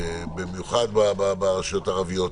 במיוחד ברשויות הערביות,